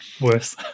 worse